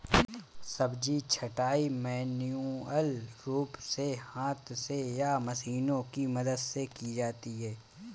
सब्जी छँटाई मैन्युअल रूप से हाथ से या मशीनों की मदद से की जाती है